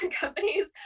companies